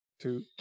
two